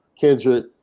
Kendrick